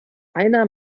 einer